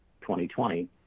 2020